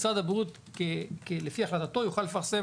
משרד הבריאות לפי החלטתו יוכל לפרסם